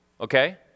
okay